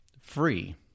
free